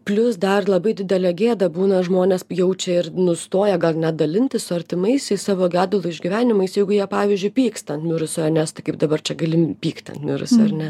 plius dar labai didelę gėdą būna žmonės jaučia ir nustoja gal net dalintis su artimaisiais savo gedulo išgyvenimais jeigu jie pavyzdžiui pyksta ant mirusiojo nes tai kaip dabar čia gali pykti ant mirusio ar ne